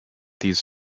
these